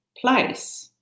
place